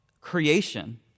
creation